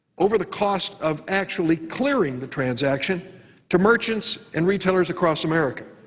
over the cost of actually clearing the transaction to merchants and retailers across america,